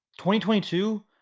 2022